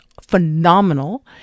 phenomenal